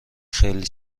خیلی